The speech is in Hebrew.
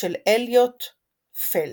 של אליוט פלד.